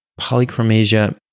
Polychromasia